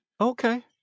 Okay